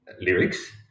lyrics